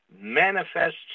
manifests